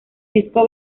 disco